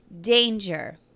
Danger